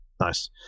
Nice